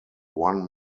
one